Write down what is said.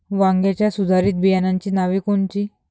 वांग्याच्या सुधारित बियाणांची नावे कोनची?